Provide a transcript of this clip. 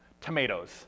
tomatoes